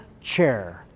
chair